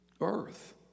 earth